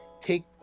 take